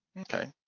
Okay